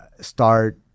start